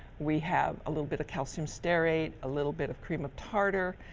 we have a little bit of calcium stearate, a little bit of cream of tartar.